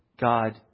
God